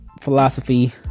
philosophy